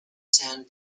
san